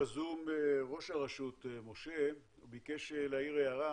בוקר טוב, אני מתנצל שלא יכולתי להגיע.